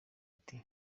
ati